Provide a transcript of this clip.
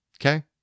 Okay